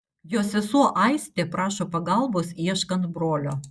jo sesuo aistė prašo pagalbos ieškant brolio